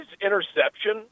interception